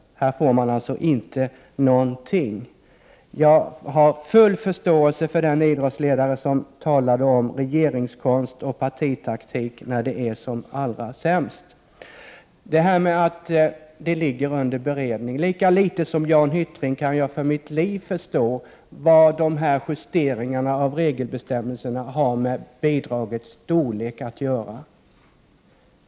Här får de alltså ingenting. Jag har full förståelse för den idrottsledare som talade om regeringskonst och partitaktik när de är som allra sämst. Så säger Berit Oscarsson att vi måste avvakta en beredning. Jag kan lika litet som Jan Hyttring för mitt liv förstå vad justeringar av regelbestämmelserna har med bidragets storlek att göra.